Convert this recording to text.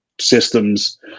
systems